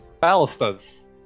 Ballistas